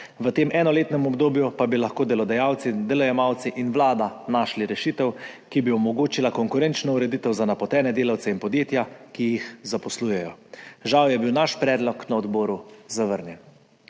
v tem enoletnem obdobju pa bi lahko delodajalci, delojemalci in Vlada našli rešitev, ki bi omogočila konkurenčno ureditev za napotene delavce in podjetja, ki jih zaposlujejo. Žal je bil naš predlog na odboru zavrnjen.